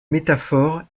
métaphore